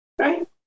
right